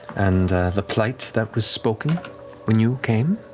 and the plight that was spoken when you came.